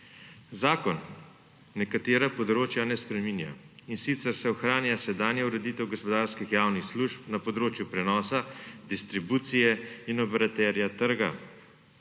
Zakon nekaterih področij ne spreminja, in sicer se ohranja sedanja ureditev gospodarskih javnih služb na področju prenosa, distribucije in operaterja trga,